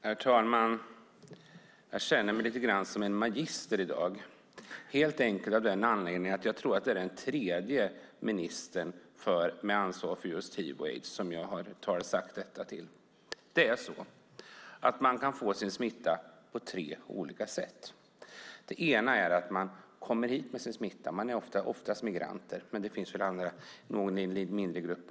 Herr talman! Jag känner mig lite grann som en magister i dag, helt enkelt av den anledningen att jag tror att det är den tredje ministern med ansvar för just hiv och aids som jag har sagt detta till. Det är så att man kan få sin smitta på tre olika sätt. Det ena är att man kommer hit med sin smitta. Man är oftast migrant, men det finns väl också någon mindre grupp.